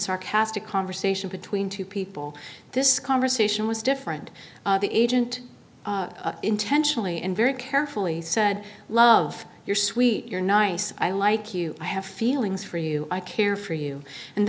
sarcastic conversation between two people this conversation was different the agent intentionally and very carefully said love you're sweet you're nice i like you i have feelings for you i care for you and